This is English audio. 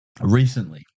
Recently